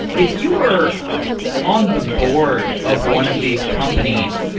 if you were on the board of one of these companies,